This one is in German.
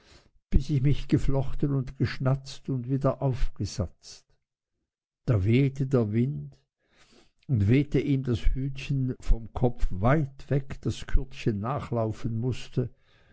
bis ich mich geflochten und geschnatzt und wieder aufgesatzt da wehte der wind und wehte ihm das hütchen vom kopf weit weg daß kürdchen nachlaufen mußte